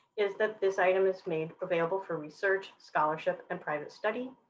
is that this item is made available for research, scholarship, and private study.